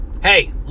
hey